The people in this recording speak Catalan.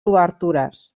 obertures